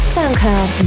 SoundCloud